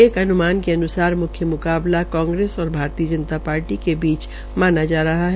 एक अन्मान के अन्सार म्ख्य म्काबला कांगेस और भारतीय जनता पार्टी के बीच माना जा रहा है